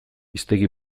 hiztegi